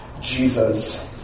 Jesus